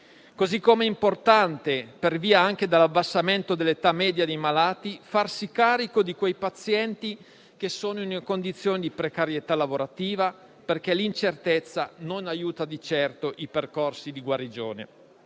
Così come è importante, per via anche dell'abbassamento dell'età media di malati, farsi carico di quei pazienti che sono in condizioni di precarietà lavorativa, perché l'incertezza non aiuta di certo i percorsi di guarigione.